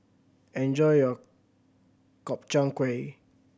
enjoy your Gobchang Gui